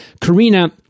Karina